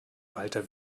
walter